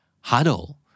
Huddle